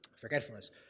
Forgetfulness